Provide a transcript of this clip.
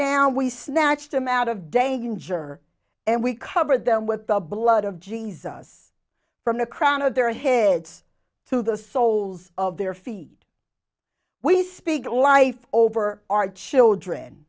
now we snatched them out of danger and we covered them with the blood of jesus from the crown of their heads to the soles of their feet we speak life over our children